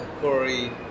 Corey